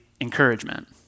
encouragement